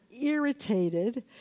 irritated